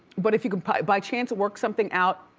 but if you can by by chance work something out,